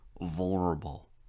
vulnerable